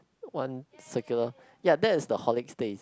one circular ya that is the Horlicks taste